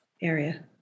area